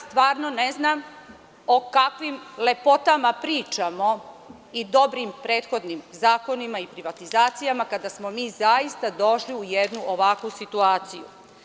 Stvarno ne znam o kakvim lepotama pričamo i dobrim prethodnim zakonima i privatizacijama kada smo mi zaista došli u jednu ovakvu situaciju.